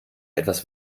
etwas